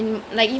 mm